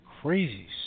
Crazy